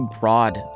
broad